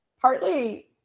partly